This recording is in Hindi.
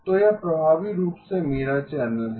तो यह प्रभावी रूप से मेरा चैनल है